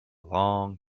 long